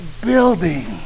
Building